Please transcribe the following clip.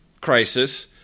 crisis